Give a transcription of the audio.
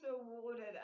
awarded